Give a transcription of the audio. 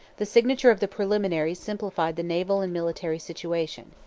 the signature of the preliminaries simplified the naval and military situation.